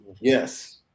Yes